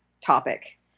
topic